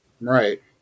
Right